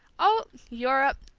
oh, europe!